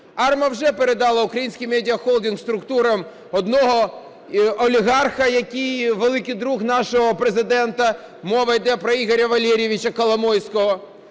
АРМА вже передала "Український Медіа Холдинг" структурам одного олігарха, який великий друг нашого Президента, мова йде про Ігоря Валерійовича Коломойського.